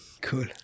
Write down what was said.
cool